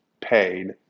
paid